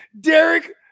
Derek